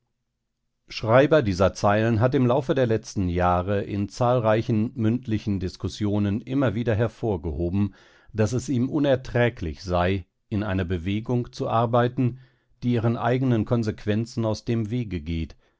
schreiber dieser zeilen hat im laufe der letzten jahre in zahlreichen mündlichen diskussionen immer wieder hervorgehoben daß es ihm unerträglich sei in einer bewegung zu arbeiten die ihren eigenen konsequenzen aus dem wege geht